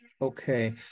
Okay